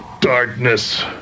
darkness